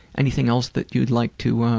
anything else that you'd like to